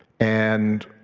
and